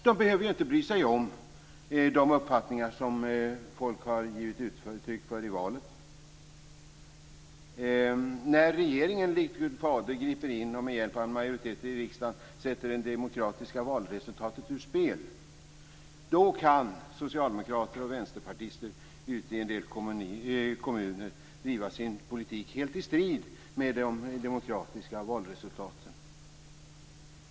De behöver ju inte bry sig om de uppfattningar som folk i val gett uttryck för. När regeringen likt Gud Fader griper in och med hjälp av en majoritet i riksdagen sätter det demokratiska valresultatet ur spel kan socialdemokrater och vänsterpartister ute i en del kommuner driva sin politik helt i strid med de demokratiska valresultaten.